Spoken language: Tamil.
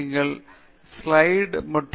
எனவே இந்த ஸ்லைடுல் நிறைய சிறப்பு விளைவுகள் உள்ளன